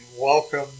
welcome